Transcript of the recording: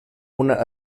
una